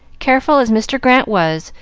careful as mr. grant was,